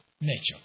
nature